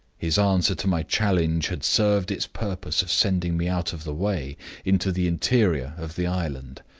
his answer to my challenge had served its purpose of sending me out of the way into the interior of the island.